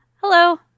Hello